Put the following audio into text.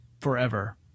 forever